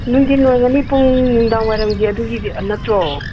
ꯅꯨꯡꯗꯤꯟ ꯑꯣꯏꯔꯝꯒꯅꯤ ꯄꯨꯡ ꯅꯨꯡꯗꯥꯡꯋꯥꯏꯔꯝꯒꯤ ꯑꯗꯨꯒꯤꯗꯤ ꯅꯠꯇ꯭ꯔꯣ